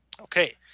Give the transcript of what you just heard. Okay